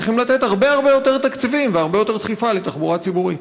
צריכים לתת הרבה הרבה יותר תקציבים והרבה יותר דחיפה לתחבורה ציבורית.